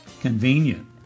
Convenient